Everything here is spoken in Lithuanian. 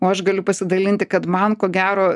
o aš galiu pasidalinti kad man ko gero